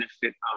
benefit